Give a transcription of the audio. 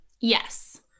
Yes